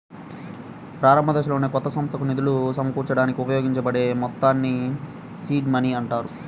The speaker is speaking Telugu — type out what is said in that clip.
ప్రారంభదశలోనే కొత్త సంస్థకు నిధులు సమకూర్చడానికి ఉపయోగించబడే మొత్తాల్ని సీడ్ మనీ అంటారు